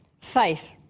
faith